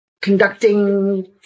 conducting